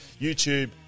YouTube